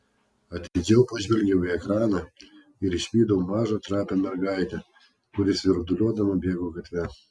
atidžiau pažvelgiau į ekraną ir išvydau mažą trapią mergaitę kuri svirduliuodama bėgo gatve